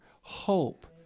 hope